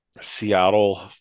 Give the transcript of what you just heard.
Seattle